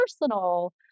personal